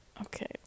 Okay